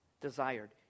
desired